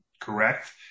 correct